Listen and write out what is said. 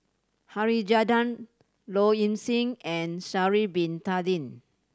Harichandra Low Ing Sing and Sha'ari Bin Tadin